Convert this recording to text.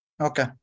Okay